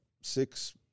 six